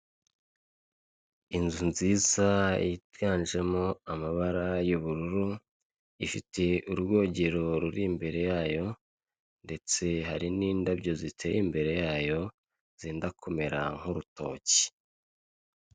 Inzu nziza yiganjemo amabara y'ubururu, ifite urwogero ruri imbere yayo, ndetse hari n'indabyo ziteye imbere yayo zenda kumera nk'urutoki.